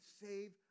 save